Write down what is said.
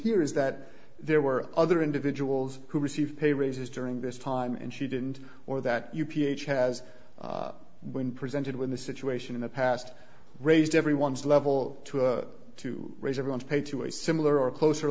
here is that there were other individuals who received pay raises during this time and she didn't or that you ph has been presented with a situation in the past raised everyone's level to a to raise everyone's pay to a similar or closer